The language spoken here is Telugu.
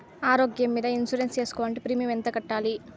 ఆరోగ్యం మీద ఇన్సూరెన్సు సేసుకోవాలంటే ప్రీమియం ఎంత కట్టాలి?